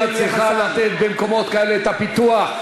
המדינה צריכה לתת במקומות כאלה את הפיתוח.